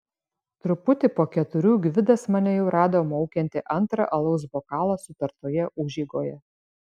truputį po keturių gvidas mane jau rado maukiantį antrą alaus bokalą sutartoje užeigoje